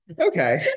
Okay